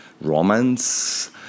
Romance